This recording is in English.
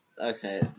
Okay